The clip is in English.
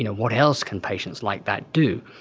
you know what else can patients like that do?